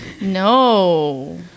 No